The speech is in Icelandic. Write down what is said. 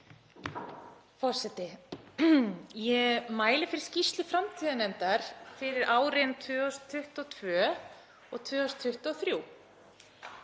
Forseti. Ég mæli fyrir skýrslu framtíðarnefndar fyrir árin 2022 og 2023.